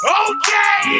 okay